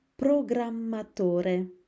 programmatore